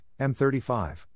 M35